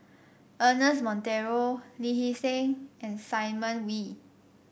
Ernest Monteiro Lee Hee Seng and Simon Wee